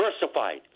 diversified